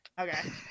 Okay